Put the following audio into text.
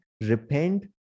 repent